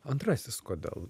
antrasis kodėl